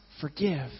forgive